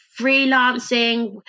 freelancing